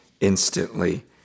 instantly